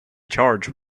charged